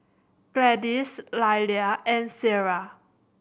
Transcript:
Gladys Lilia and Sierra